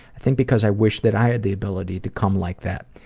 i think because i wish that i had the ability to come like that.